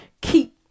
keep